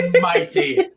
mighty